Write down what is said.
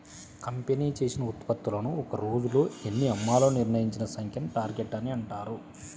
company చేసిన ఉత్పత్తులను ఒక్క రోజులో ఎన్ని అమ్మాలో నిర్ణయించిన సంఖ్యను టార్గెట్ అని అంటారు